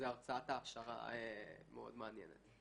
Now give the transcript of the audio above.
זו הרצאת העשרה מאוד מעניינת.